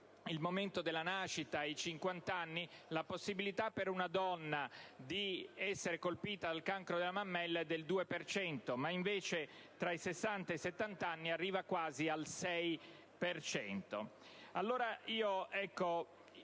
il momento della nascita e i 50 anni la possibilità per una donna di essere colpita dal cancro della mammella è del 2 per cento; invece, tra i 60 e i 70 anni arriva quasi al 6